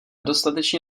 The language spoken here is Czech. dostatečně